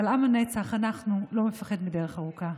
אבל עם הנצח, אנחנו, לא מפחד מדרך ארוכה,